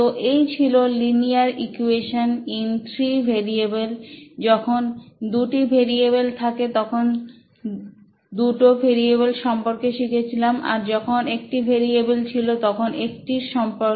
তো এই ছিল linear equation in three variable যখন দুটি ভেরিয়েবল থাকে তখন দুটো ভেরিয়েবল সম্পর্কে শিখেছিলাম আর যখন একটা ভেরিয়েবল ছিল তখন একটার সম্পর্কে